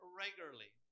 regularly